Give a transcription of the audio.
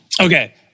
Okay